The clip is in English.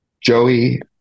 Joey